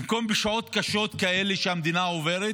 במקום שבשעות קשות כאלה שהמדינה עוברת